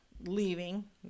leaving